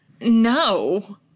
No